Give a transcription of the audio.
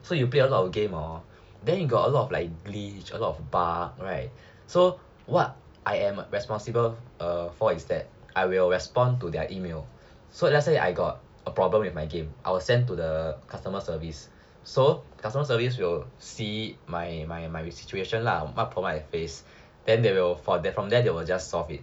so you play a lot of games hor then you got a lot of like glitch a lot of bug right so what I am responsible err for is that I will respond to their email so let's say I got a problem with my game I will send to the customer service then customer service will see my my situation lah then I provide a phase and from there they will just solve it